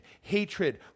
hatred